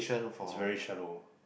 it's very shallow